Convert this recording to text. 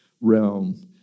realm